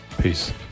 Peace